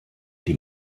die